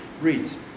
reads